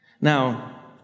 Now